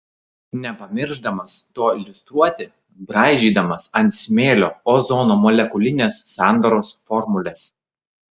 nepamiršdamas to iliustruoti braižydamas ant smėlio ozono molekulinės sandaros formules